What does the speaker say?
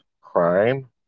crime